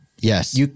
Yes